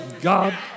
God